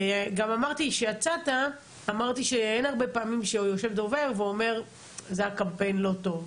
גם אמרתי כשיצאת שאין הרבה פעמים שיושב דובר ואומר שהקמפיין לא טוב.